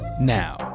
now